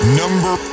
number